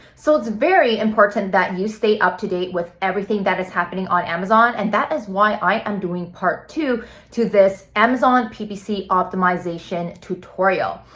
so it's very important that you stay up to date with everything that is happening with amazon and that is why i am doing part two to this amazon ppc optimization tutorial.